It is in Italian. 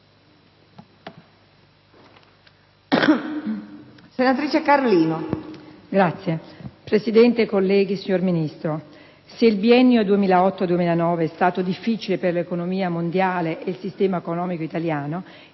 Signora Presidente, colleghi, signor Ministro, se il biennio 2008-2009 è stato difficile per l'economia mondiale e per il sistema economico italiano,